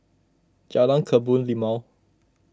Jalan Kebun Limau